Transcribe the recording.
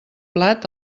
plat